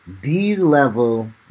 D-level